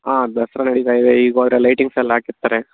ಹಾಂ ದಸರ ನಡೀತಾ ಇದೆ ಈಗ ಹೋದ್ರೆ ಲೈಟಿಂಗ್ಸೆಲ್ಲ ಹಾಕಿರ್ತಾರೆ